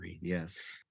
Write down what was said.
yes